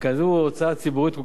כזו הוצאה ציבורית,